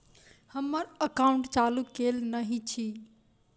हम्मर एकाउंट चालू केल नहि अछि?